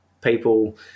People